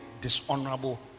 dishonorable